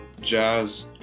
jazz